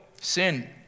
sin